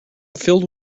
filled